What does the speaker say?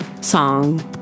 song